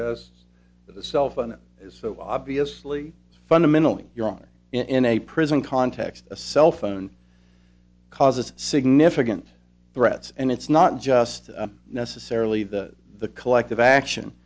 that the cell phone is so obviously fundamentally your own in a prison context a cell phone causes significant threats and it's not just necessarily that the collective action